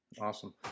Awesome